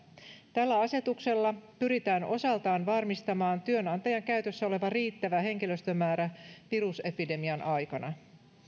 tällä asetuksella pyritään osaltaan varmistamaan työnantajan käytössä oleva riittävä henkilöstömäärä virusepidemian aikana